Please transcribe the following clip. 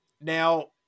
now